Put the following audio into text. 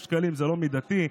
ובינוניים.